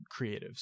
creatives